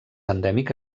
endèmic